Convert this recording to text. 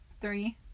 three